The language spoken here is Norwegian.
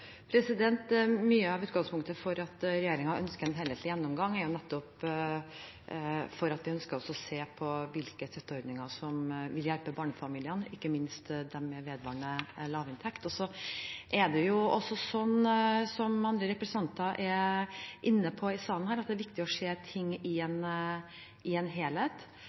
Mye av utgangspunktet for at regjeringen ønsker en helhetlig gjennomgang, er nettopp at en skal se på hvilke støtteordninger som vil hjelpe barnefamiliene, ikke minst dem med vedvarende lav inntekt. Som andre representanter her i salen har vært inne på, er det viktig å se ting i en